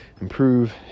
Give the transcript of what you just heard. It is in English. improve